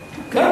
כן.